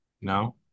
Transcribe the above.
No